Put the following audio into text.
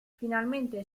finalmente